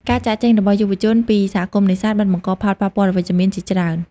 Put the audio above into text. ការចាកចេញរបស់យុវជនពីសហគមន៍នេសាទបានបង្កផលប៉ះពាល់អវិជ្ជមានជាច្រើន។